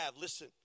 listen